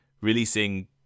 releasing